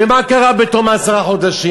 ומה קרה בתום העשרה חודשים?